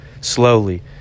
slowly